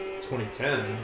2010